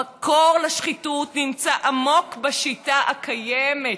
המקור לשחיתות נמצא עמוק בשיטה הקיימת,